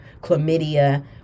chlamydia